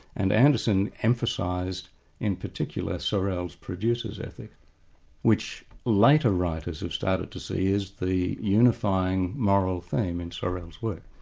and anderson emphasised in particular, sorel's producers ethic which later writers have started to see as the unifying moral theme in sorel's work.